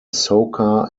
soca